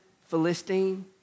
Philistine